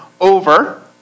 over